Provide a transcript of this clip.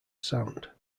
sound